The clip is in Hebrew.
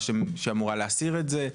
החשמל או מהחברה שאמורה להסיר את זה?